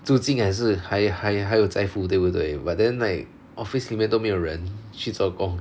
租金也是还还还有在付对不对 but then like office 里面都没有人去做工